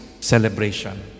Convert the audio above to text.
celebration